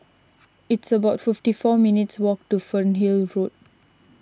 it's about fifty four minutes' walk to Fernhill Road